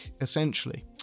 essentially